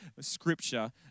scripture